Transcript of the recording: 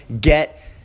get